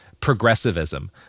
progressivism